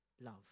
love